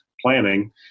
planning